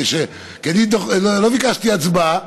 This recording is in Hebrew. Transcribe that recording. כי אני לא ביקשתי הצבעה,